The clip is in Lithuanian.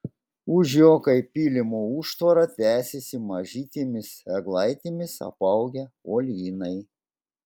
už jo kaip pylimo užtvara tęsėsi mažytėmis eglaitėmis apaugę uolynai